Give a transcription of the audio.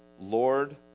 Lord